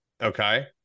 Okay